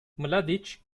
mladiç